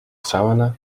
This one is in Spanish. sábana